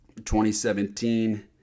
2017